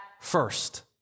first